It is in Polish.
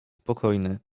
spokojny